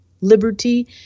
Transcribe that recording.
liberty